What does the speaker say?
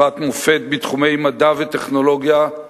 חברת מופת בתחומי מדע וטכנולוגיה,